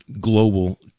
global